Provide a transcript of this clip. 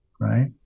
right